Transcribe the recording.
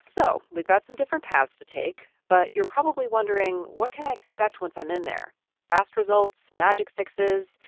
so we've got some different paths to take, but you're probably wondering what can i expect once i'm in there fast results, magic fixes?